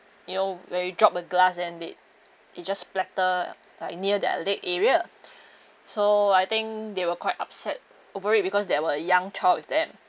you know where you dropped a glass and it it just splattered like near their leg area so I think they were quite upset worried because there were a young child with them